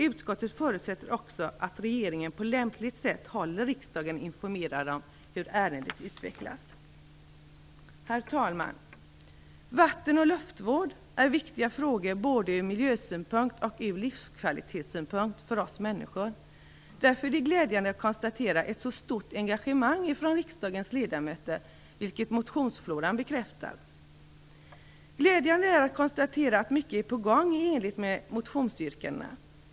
Utskottet förutsätter också att regeringen på lämpligt sätt håller riksdagen informerad om hur ärendet utvecklas. Herr talman! Vatten och luftvård är viktiga frågor för oss människor både ur miljösynpunkt och ur livskvalitetssynpunkt. Därför är det glädjande att konstatera ett så stort engagemang från riksdagens ledamöter, vilket motionsfloran bekräftar. Det är också glädjande att konstatera att mycket är på gång i enlighet med motionsyrkandena.